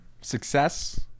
success